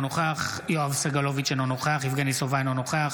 אינו נוכח